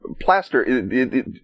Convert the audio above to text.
plaster